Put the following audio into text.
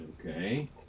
Okay